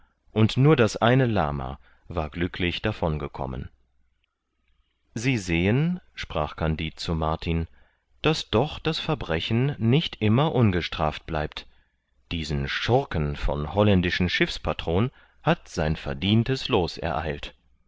und nur das eine lama war glücklich davon gekommen sie sehen sprach kandid zu martin daß doch das verbrechen nicht immer ungestraft bleibt diesen schurken von holländischen schiffspatron hat sein verdientes loos ereilt